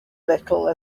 little